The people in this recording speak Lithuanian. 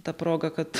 ta proga kad